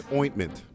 ointment